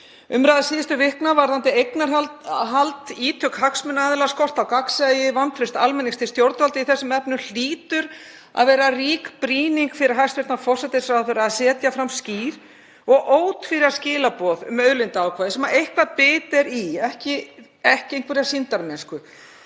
Umræða síðustu vikna varðandi eignarhald, ítök, hagsmunaaðila, skort á gagnsæi og vantraust almennings til stjórnvalda í þessum efnum hlýtur að vera rík brýning fyrir hæstv. forsætisráðherra að setja fram skýr og ótvíræð skilaboð um auðlindaákvæðið sem eitthvert bit er í, ekki einhverja sýndarmennsku.